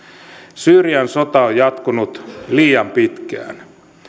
syyrian sota on jatkunut liian pitkään